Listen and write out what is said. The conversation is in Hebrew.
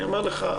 אני אומר לך,